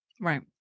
Right